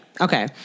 Okay